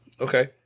Okay